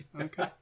Okay